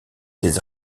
des